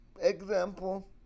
example